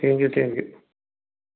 thank you thank you